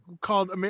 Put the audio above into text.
called –